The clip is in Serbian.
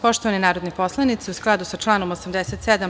Poštovani narodni poslanici, u skladu sa članom 87.